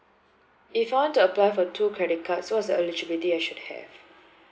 if I want to apply for two credit cards what's the eligibility I should have